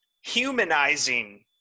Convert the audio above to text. Humanizing